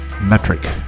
metric